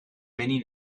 many